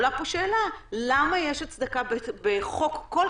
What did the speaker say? עולה פה שאלה למה יש פה הצדקה בחוק כל